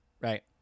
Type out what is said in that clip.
right